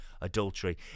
adultery